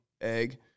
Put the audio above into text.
Egg